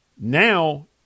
now